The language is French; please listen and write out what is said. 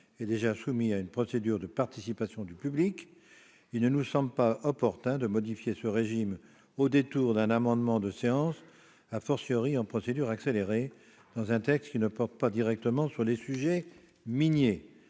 est déjà soumis à une procédure de participation du public. Il ne nous semble pas opportun de modifier ce régime au détour d'un amendement de séance, dans le cadre de l'examen selon la procédure accélérée d'un texte ne portant pas directement sur les sujets miniers.